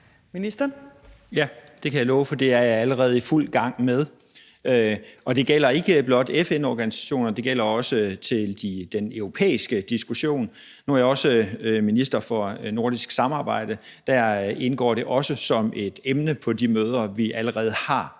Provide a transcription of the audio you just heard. Mortensen): Ja, det kan jeg love for. Det er jeg allerede i fuld gang med. Og det gælder ikke blot FN-organisationerne; det gælder også i forhold til den europæiske diskussion. Nu er jeg jo også minister for nordisk samarbejde – der indgår det også som et emne på de møder, vi allerede har